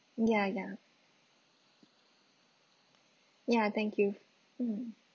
ya ya ya thank you mm